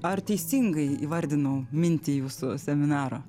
ar teisingai įvardinau mintį jūsų seminaro